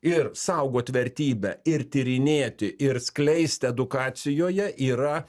ir saugot vertybę ir tyrinėti ir skleist edukacijoje yra